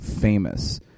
famous